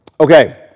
Okay